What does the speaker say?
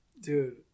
Dude